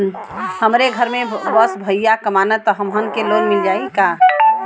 हमरे घर में बस भईया कमान तब हमहन के लोन मिल जाई का?